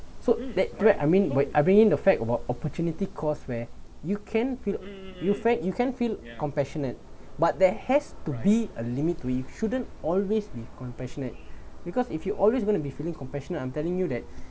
so that great I mean wait I bringing the fact about opportunity cost where you can feel you feel you can feel compassionate but there has to be a limit to it shouldn't always be compassionate because if you always going to be feeling compassionate I'm telling you that